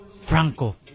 Franco